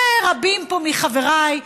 ורבים פה מחבריי,